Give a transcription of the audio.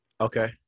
Okay